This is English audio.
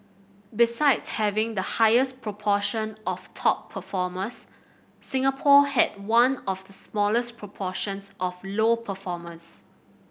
besides having the highest proportion of top performers Singapore had one of the smallest proportions of low performers